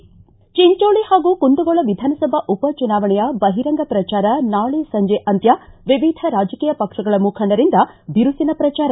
ಿ ಚಿಂಚೋಳ ಹಾಗೂ ಕುಂದಗೋಳ ವಿಧಾನಸಭಾ ಉಪಚುನಾವಣೆಯ ಬಹಿರಂಗ ಪ್ರಚಾರ ನಾಳೆ ಸಂಜೆ ಅಂತ್ಯ ವಿವಿಧ ರಾಜಕೀಯ ಪಕ್ಷಗಳ ಮುಖಂಡರಿಂದ ಬಿರುಸಿನ ಪ್ರಚಾರ